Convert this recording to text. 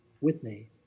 Whitney